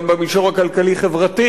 גם במישור הכלכלי-חברתי,